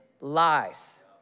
lies